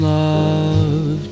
love